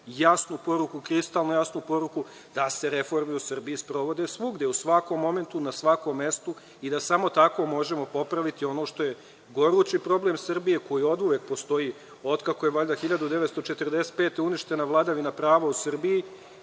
jasnu poruku, kristalno jasnu poruku da se reforme u Srbiji sprovode svuda, u svakom momentu, na svakom mestu i da samo tako možemo popraviti ono što je gorući problem Srbije, koji oduvek postoji, od kako je valjda 1945. godine uništena vladavina prava u Srbiji,